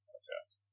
Okay